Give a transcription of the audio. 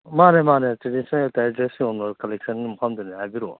ꯃꯥꯅꯦ ꯃꯥꯅꯦ traditional attire dress ꯌꯣꯟꯕ ꯀꯂꯦꯛꯁꯟꯒꯤ ꯃꯐꯝꯗꯨꯅꯦ ꯍꯥꯏꯔꯤꯕꯛꯎ